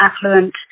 affluent